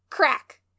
crack